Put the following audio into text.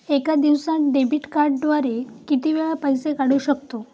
एका दिवसांत डेबिट कार्डद्वारे किती वेळा पैसे काढू शकतो?